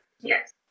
Yes